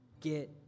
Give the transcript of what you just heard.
get